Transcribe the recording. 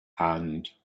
and